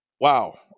Wow